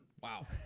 Wow